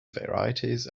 varieties